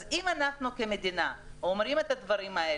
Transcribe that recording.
אז אם אנחנו כמדינה אומרים את זה,